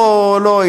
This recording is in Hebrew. או לא,